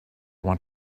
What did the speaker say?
want